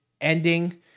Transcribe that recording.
ending